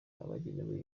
abagenewe